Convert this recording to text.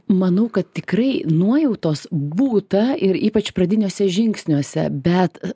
manau kad tikrai nuojautos būta ir ypač pradiniuose žingsniuose bet